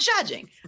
judging